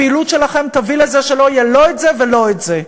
הפעילות שלכם תביא לזה שלא יהיה לא זה ולא זה.